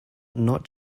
not